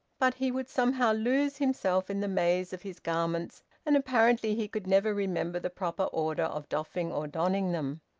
but he would somehow lose himself in the maze of his garments, and apparently he could never remember the proper order of doffing or donning them.